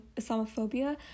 Islamophobia